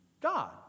God